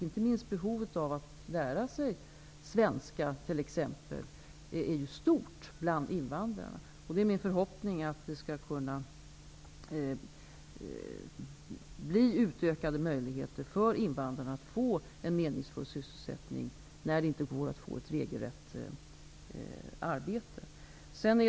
Inte minst behovet av att lära sig svenska är stort bland invandrarna. Det är min förhoppning att möjligheterna för invandrarna att få en meningsfull sysselsättning skall kunna utökas, när det inte går att få ett regelrätt arbete.